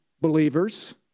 believers